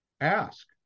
ask